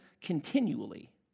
continually